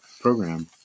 program